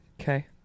Okay